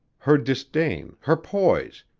her disdain, her poise,